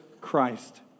Christ